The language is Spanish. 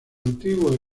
antiguos